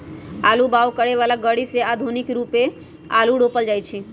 आलू बाओ करय बला ग़रि से आधुनिक रुपे आलू रोपल जाइ छै